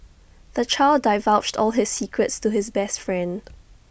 the child divulged all his secrets to his best friend